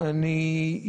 קודם כול,